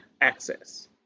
access